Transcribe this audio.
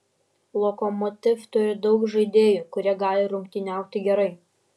lokomotiv turi daug žaidėjų kurie gali rungtyniauti gerai